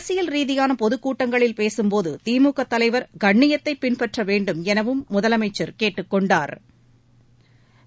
அரசியல் ரீதியான பொதுக்கூட்டங்களில் பேசும்போது திமுக தலைவர் கண்ணியத்தை பின்பற்ற வேண்டும் எனவும் முதலமைச்சா் கேட்டுக்கொண்டாா்